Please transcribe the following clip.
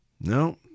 No